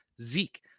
Zeke